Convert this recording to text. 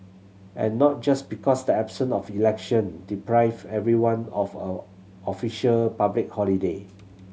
and not just because the absence of election deprived everyone of a official public holiday